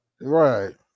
Right